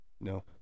No